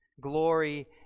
Glory